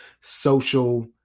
social